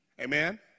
Amen